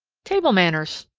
table manners!